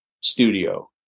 studio